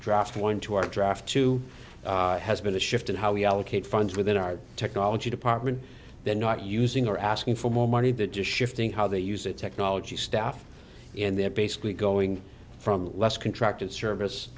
draft one to our draft two has been shift in how we allocate funds within our technology department they're not using or asking for more money than just shifting how they use it technology staff and they're basically going from less contract in service